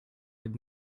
had